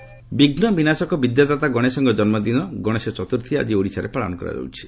ଗଣେଶ ଚତ୍ରଥାୀ ବିଘୁ ବିନାଶକ ବିଦ୍ୟାଦାତା ଗଣେଶଙ୍କ ଜନ୍ମ ଦିନ ଗଣେଶ ଚତୁର୍ଥୀ ଆଜି ଓଡ଼ିଶାରେ ପାଳନ କରାଯାଉଛି